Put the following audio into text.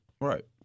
right